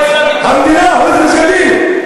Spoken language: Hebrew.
המדינה בונה מסגדים?